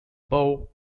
bow